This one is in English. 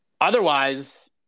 Otherwise